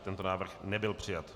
Tento návrh nebyl přijat.